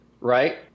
right